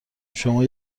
شما